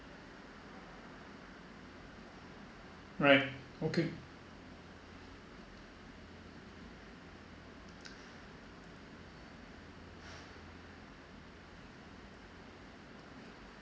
right okay